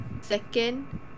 Second